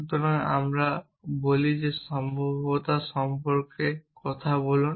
সুতরাং আমরা বলি সম্ভাব্যতা সম্পর্কে কথা বলুন